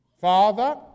Father